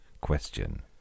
question